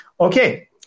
Okay